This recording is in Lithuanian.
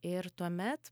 ir tuomet